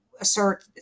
assert